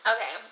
Okay